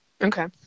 Okay